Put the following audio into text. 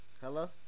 Hello